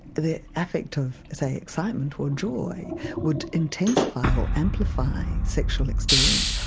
the affect of, say, excitement or joy would intensify or amplify sexual experience,